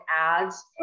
ads